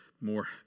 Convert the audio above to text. more